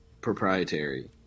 proprietary